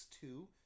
two